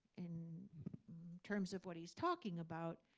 in terms of what he's talking about,